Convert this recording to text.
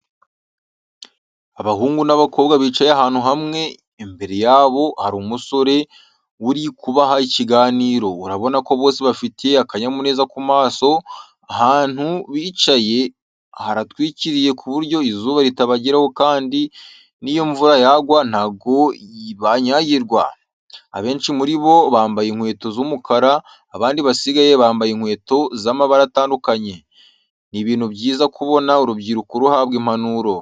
Abahungu n'abakobwa bicaye ahantu hamwe, imbere yabo hari umusore uri kubaha ikiganiro. Urabonako bose bafite akanyamuneza ku maso, ahantu bicaye haratwikiriye ku buryo izuba ritabageraho kandi niyo imvura yagwa ntago banyagirwa. Abenshi muri bo bambaye inkweto z'umukara abandi basigaye bambaye inkweto z'amabara atandukanye. Ni ibintu byiza kubona urubyiruko ruhabwa impanuro.